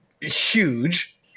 huge